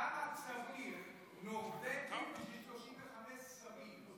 כמה נורבגים צריך בשביל 35 שרים?